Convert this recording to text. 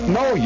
no